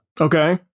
Okay